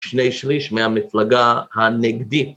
שני שליש מהמפלגה הנגדית